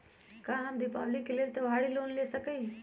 का हम दीपावली के लेल त्योहारी लोन ले सकई?